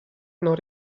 non